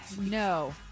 No